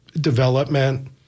development